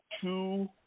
two